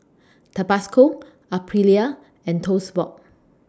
Tabasco Aprilia and Toast Box